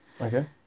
Okay